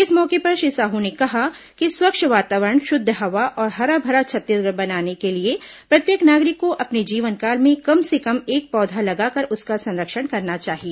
इस मौके पर श्री साहू ने कहा कि स्वच्छ वातावरण शुद्ध हवा और हरा भरा छत्तीसगढ़ बनाने के लिए प्रत्येक नागरिक को अपने जीवनकाल में कम से कम एक पौधा लगाकर उसका संरक्षण करना चाहिए